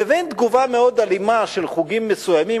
לבין תגובה מאוד אלימה של חוגים מסוימים,